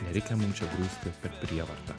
nereikia mums čia grūsti per prievartą